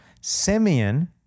Simeon